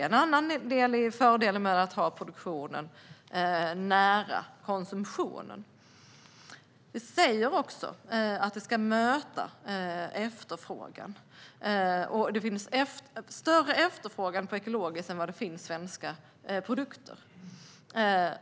En annan är fördelen med att ha produktionen nära konsumtionen. Vi säger också att produktionen ska möta efterfrågan. Det finns större efterfrågan på ekologiskt än det finns svenska produkter.